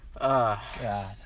God